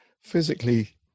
physically